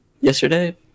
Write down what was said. yesterday